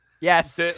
yes